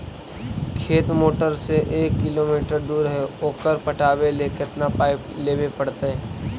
खेत मोटर से एक किलोमीटर दूर है ओकर पटाबे ल केतना पाइप लेबे पड़तै?